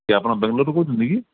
କିଏ ଆପଣ ବେଙ୍ଗଲୋର୍ରୁ କହୁଛନ୍ତି କି